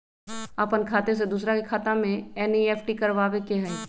अपन खाते से दूसरा के खाता में एन.ई.एफ.टी करवावे के हई?